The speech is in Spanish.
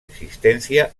existencia